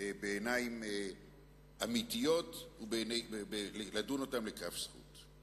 בעיניים אמיתיות ולדון לכף זכות.